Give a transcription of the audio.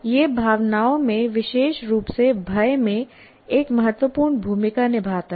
यह भावनाओं में विशेष रूप से भय में एक महत्वपूर्ण भूमिका निभाता है